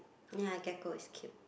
ya gecko is cute